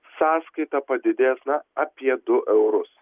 sąskaita padidės na apie du eurus